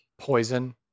Poison